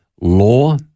law